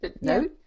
No